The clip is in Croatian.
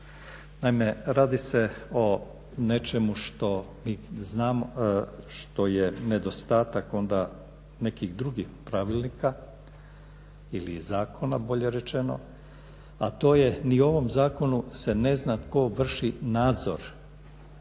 Naime, radi se o nečemu što znam, što je nedostatak onda nekih drugih pravilnika ili zakona bolje rečeno, a to je ni u ovom zakonu se ne zna tko vrši nadzor